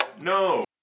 No